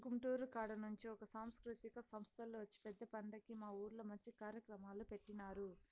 గుంటూరు కాడ నుంచి ఒక సాంస్కృతిక సంస్తోల్లు వచ్చి పెద్ద పండక్కి మా ఊర్లో మంచి కార్యక్రమాలు పెట్టినారు